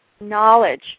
knowledge